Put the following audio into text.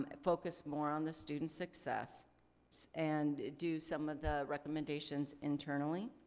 um focus more on the student success and do some of the recommendations internally.